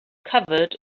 covered